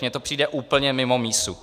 Mně to přijde úplně mimo mísu.